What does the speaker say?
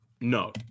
No